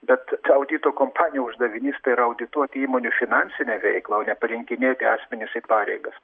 bet audito kompanijų uždavinys tai yra audituoti įmonių finansinę veiklą o ne parinkinėti asmenis į pareigas